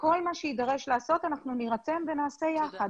כל מה שיידרש לעשות, אנחנו נירתם ונעשה יחד.